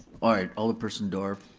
alright, alderperson dorff.